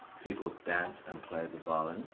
people dance and play the violin.